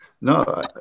no